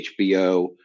hbo